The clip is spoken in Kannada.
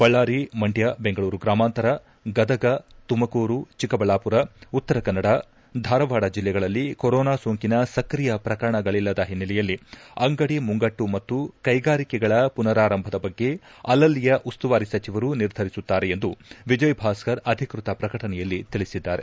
ಬಳ್ಳಾರಿ ಮಂಡ್ಲ ಬೆಂಗಳೂರು ಗ್ರಾಮಾಂತರ ಗದಗ ತುಮಕೂರು ಚಿಕ್ಕಬಳ್ಳಾಮರ ಉತ್ತರ ಕನ್ನಡ ಧಾರವಾಡ ಜಲ್ಲೆಗಳಲ್ಲಿ ಕೊರೊನಾ ಸೋಂಕಿನ ಸಕ್ರಿಯ ಪ್ರಕರಣಗಳಲ್ಲದ ಒನ್ನೆಲೆಯಲ್ಲಿ ಅಂಗಡಿ ಮುಂಗಟ್ಟು ಮತ್ತು ಕೈಗಾರಿಕೆಗಳುನರಾರಂಭದ ಬಗ್ಗೆ ಅಲ್ಲಲ್ಲಿಯ ಉಸ್ತುವಾರಿ ಸಚಿವರು ನಿರ್ಧರಿಸುತ್ತಾರೆ ಎಂದು ವಿಜಯ ಭಾಸ್ಗರ್ ಅಧಿಕೃತ ಪ್ರಕಟಣೆಯಲ್ಲಿ ತಿಳಿಸಿದ್ದಾರೆ